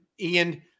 ian